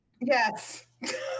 Yes